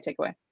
takeaway